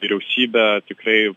vyriausybė tikrai